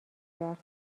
کرد